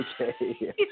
Okay